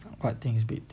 what things wait